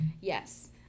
Yes